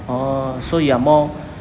oh so you are more